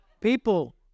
People